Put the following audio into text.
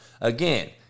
Again